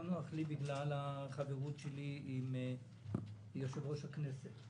לא נוח לי בגלל החברות שלי עם יושב-ראש הכנסת.